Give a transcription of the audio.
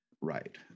right